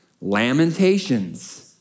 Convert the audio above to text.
Lamentations